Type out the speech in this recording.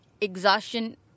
exhaustion